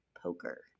Poker